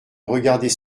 regarder